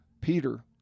peter